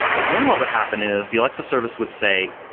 and then what would happen is the alexa service would say,